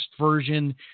version